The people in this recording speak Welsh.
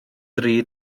dri